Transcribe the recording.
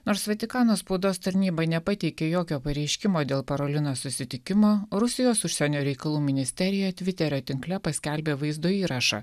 nors vatikano spaudos tarnyba nepateikė jokio pareiškimo dėl parolinos susitikimo rusijos užsienio reikalų ministerija tviterio tinkle paskelbė vaizdo įrašą